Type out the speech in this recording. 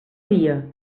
dia